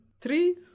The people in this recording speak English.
three